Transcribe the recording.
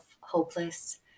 hopeless